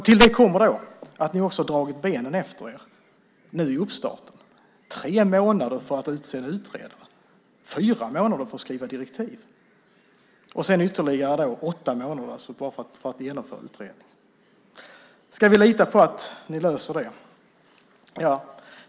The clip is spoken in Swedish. Till detta kommer att ni också har dragit benen efter er i uppstarten - tre månader för att utse en utredare, fyra månader för att skriva direktiv, och sedan ytterligare åtta månader för att genomföra utredningen. Ska vi lita på att ni löser det?